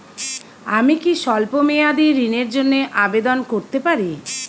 আমি কি স্বল্প মেয়াদি ঋণের জন্যে আবেদন করতে পারি?